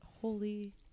Holy